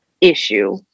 issue